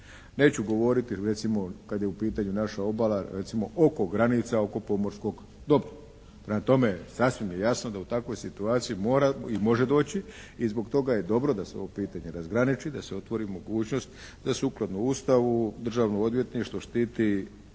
Neću govoriti recimo kad je u pitanju naša obala recimo oko granica, oko pomorskog dobra. Prema tome, sasvim je jasno da u takvoj situaciji mora i može doći i zbog toga je dobro da se ovo pitanje razgraniči, da se otvori mogućnost da sukladno Ustavu Državno odvjetništvo štiti